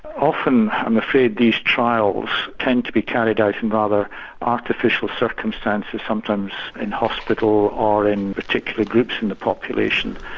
often i'm afraid these trials tend to be carried out in rather artificial circumstances sometimes in hospital or in particular groups in the population.